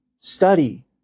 Study